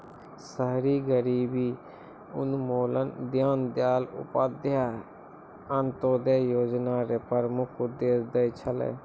शहरी गरीबी उन्मूलन दीनदयाल उपाध्याय अन्त्योदय योजना र प्रमुख उद्देश्य छलै